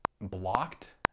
blocked